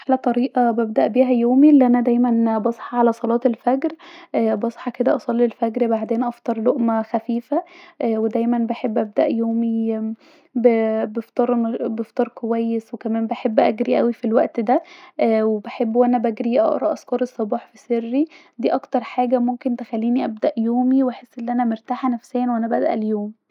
احلي طريقه ببدأ بيها يومي أن انا دايما بصحي علي صلاه الفجر بصحي كدا اصلي الفجر وبعدين افطر لقمه خفيفه لا ودايما بحب ابدأ يومي بفطار اا بفطار كويس وكمان بحب أجري في الوقت ده وبحب وانا بجري اقري اذكار الصباح في سري دي اكتر حاجه ممكن تخليني ابدا يومي واحس أن انا مرتاحه نفسيا وانا بادئه اليوم